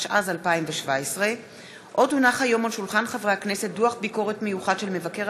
התשע"ז 2017. דוח ביקורת מיוחד של מבקר